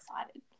excited